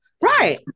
Right